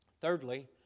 Thirdly